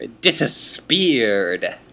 Disappeared